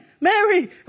Mary